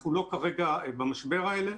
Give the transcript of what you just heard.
אנחנו לא כרגע במשבר הזה.